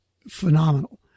Phenomenal